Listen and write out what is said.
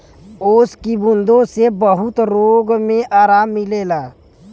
ओस की बूँदो से बहुत रोग मे आराम मिलेला